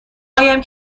قایم